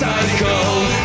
Cycle